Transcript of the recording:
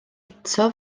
eto